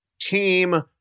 team